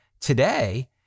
today